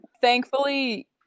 thankfully